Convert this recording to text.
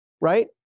right